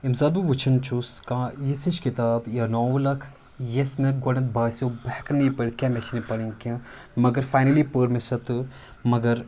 ییٚمہِ ساتہٕ بہٕ وُچھان چھُس کانٛہہ یِژھ ہِش کِتاب یا ناول اَکھ یَس مےٚ گۄڈَن باسیٚو بہٕ ہٮ۪کَن نہٕ یہِ پٔرتھ کینٛہہ مےٚ چھَنہٕ یہِ پَرنۍ کینٛہہ مگر فَینٔلی پٔر مےٚ سۄ تہٕ مگر